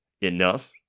enough